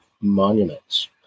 monuments